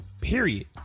Period